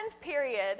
period